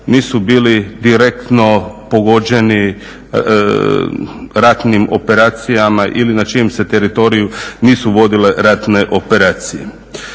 nisu bili direktno pogođeni ratnim operacijama ili na čijem se teritoriju nisu vodile ratne operacije.